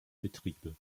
betriebe